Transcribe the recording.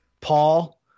paul